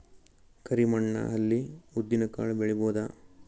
ಕರಿ ಮಣ್ಣ ಅಲ್ಲಿ ಉದ್ದಿನ್ ಕಾಳು ಬೆಳಿಬೋದ?